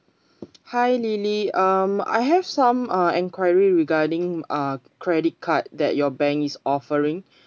hi lily um I have some uh enquiry regarding uh credit card that your bank is offering